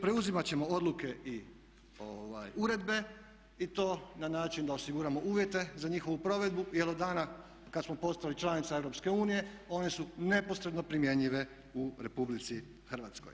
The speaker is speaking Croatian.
Preuzimat ćemo odluke i uredbe i to na način da osiguramo uvjete za njihovu provedbu, jer od dana kad smo postali članica EU one su neposredno primjenjive u RH.